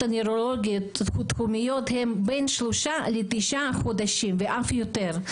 הנוירולוגיות הם בין שלושה לתשעה חודשים ואף יותר.